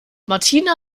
martina